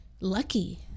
lucky